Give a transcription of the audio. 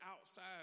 outside